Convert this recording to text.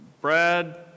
Brad